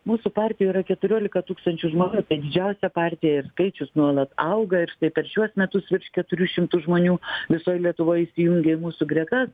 mūsų partijoj yra keturiolika tūkstančių žmonių tai didžiausia partija ir skaičius nuola auga ir štai per šiuos metus virš keturių šimtų žmonių visoj lietuvoj įsijungė į mūsų gretas